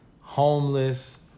homeless